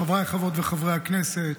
חבריי וחברות חברי הכנסת,